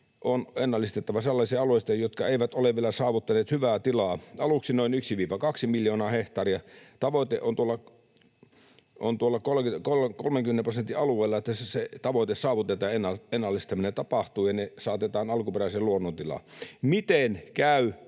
on ennallistettava sellaisia alueita, jotka eivät ole vielä saavuttaneet hyvää tilaa, aluksi noin 1—2 miljoonaa hehtaaria, ja tavoite on tuolla 30 prosentin alueella, että se tavoite saavutetaan, ennallistaminen tapahtuu ja ne saatetaan alkuperäiseen luonnontilaan. Miten käy